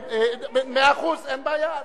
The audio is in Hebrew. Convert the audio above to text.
אדוני היושב-ראש, שכחת מה היא עשתה?